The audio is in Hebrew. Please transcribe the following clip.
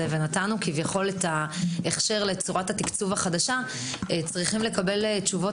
ונתנו כביכול את ההכשר לצורת התקצוב החדשה צריכים לקבל תשובות